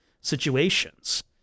situations